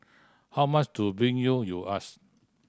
how much to bring you you ask